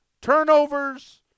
Turnovers